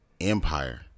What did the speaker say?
Empire